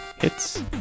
hits